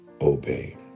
obey